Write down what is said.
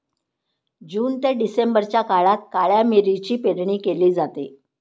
जून ते डिसेंबरच्या काळात काळ्या मिरीची पेरणी केली जाते